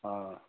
हॅं